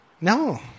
No